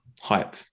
hype